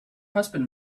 husband